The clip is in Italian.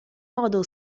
modo